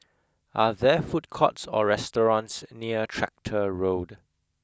are there food courts or restaurants near Tractor Road